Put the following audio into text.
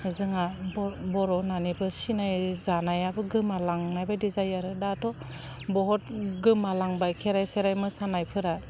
जोंहा बर बर' होननानैबो सिनाय जानायाबो गोमालांनायबायदि जायो आरो दाथ' बहत गोमालांबाय खेराइ सेराइ मोसानायफोरा